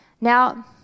Now